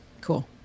cool